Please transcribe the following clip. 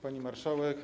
Pani Marszałek!